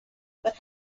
but